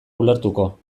ulertuko